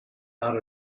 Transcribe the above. out